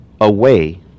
away